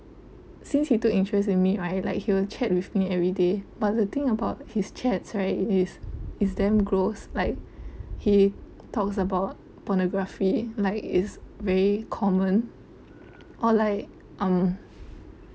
since he took interest in me right like he would chat with me everyday but the thing about his chats right is it's damn gross like he talks about pornography like it's very common or like um